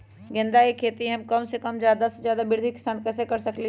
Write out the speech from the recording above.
गेंदा के खेती हम कम जगह में ज्यादा वृद्धि के साथ कैसे कर सकली ह?